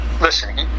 Listen